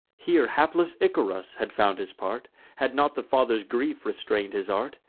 here hapless icarus had found his part, had not the father's grief restrain'd his art.